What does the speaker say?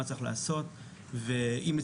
ומה צריך לעשות.